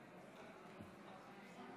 להלן תוצאות